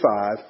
five